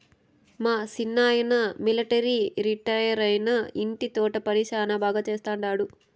మా సిన్నాయన మిలట్రీ రిటైరైనా ఇంటి తోట పని శానా బాగా చేస్తండాడు